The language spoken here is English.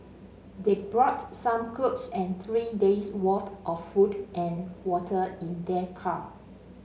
they brought some clothes and three days' worth of food and water in their car